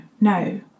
no